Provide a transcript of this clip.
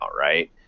Right